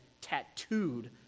tattooed